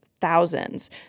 thousands